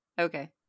Okay